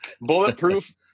Bulletproof